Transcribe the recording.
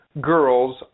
girls